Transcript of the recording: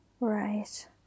Right